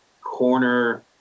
corner –